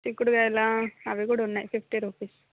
చిక్కుడుకాయలా అవి కూడా ఉన్నాయి ఫిఫ్టీ రుపీస్